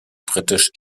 britisch